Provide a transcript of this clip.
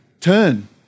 turn